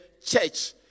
church